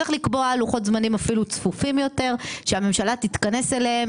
צריך לקבע לוחות זמנים צפופים יותר שהממשלה תתכנס אליהם,